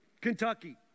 Kentucky